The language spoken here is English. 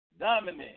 dominant